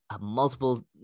multiple